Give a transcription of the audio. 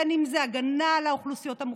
בין שזה הגנה על האוכלוסיות המוחלשות,